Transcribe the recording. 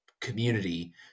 community